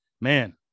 man